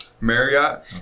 Marriott